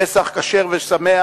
פסח כשר ושמח,